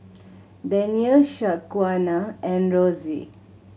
Danyel Shaquana and Rosy